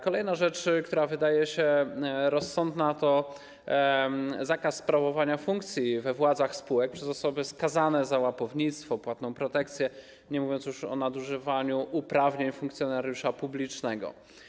Kolejna rzecz, która wydaje się rozsądna, to zakaz sprawowania funkcji we władzach spółek przez osoby skazane za łapownictwo, płatną protekcję, nie mówiąc już o nadużywaniu uprawnień funkcjonariusza publicznego.